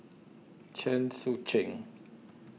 Chen Sucheng